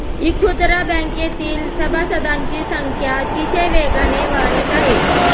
इखुदरा बँकेतील सभासदांची संख्या अतिशय वेगाने वाढत आहे